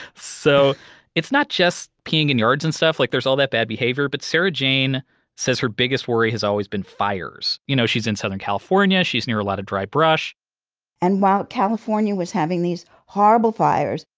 so it's not just peeing in yards and stuff. like there's all that bad behavior but sarahjane says her biggest worry has always been fires. you know she's in southern california, she's near a lot of dry brush and while california was having these horrible fires,